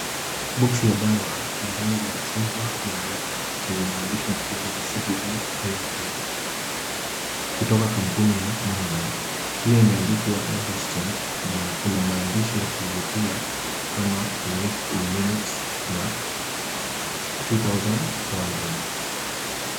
Boksi ya dawa ya rangi ya chungwa na nyeupe , yenye maandishi makubwa ya CBD PAIN CREAM , kutoka kampini ya Myaderm. Pia imeandikwa double streangth , na kuna maandishi ya kuvutia kama releave in minutes na 2400.